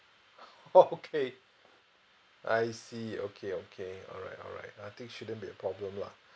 oh okay I see okay okay alright alright I think shouldn't be a problem lah